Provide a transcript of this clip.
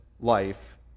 life